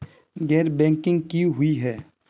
गैर बैंकिंग की हुई है?